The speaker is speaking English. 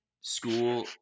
school